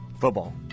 Football